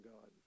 God